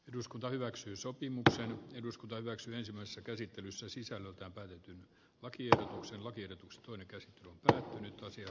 eduskunta hyväksyy sopimuksen eduskunta hyväksyi ensimmäisessä käsittelyssä sisällöltään päivikin takia usan lakiehdotuksen tässä lähitulevien viikkojen aikana